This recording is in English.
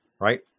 right